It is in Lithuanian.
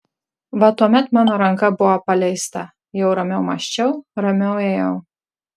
va tuomet mano ranka buvo paleista jau ramiau mąsčiau ramiau ėjau